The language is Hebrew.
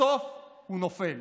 בסוף הוא נופל.